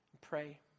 pray